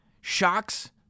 shocks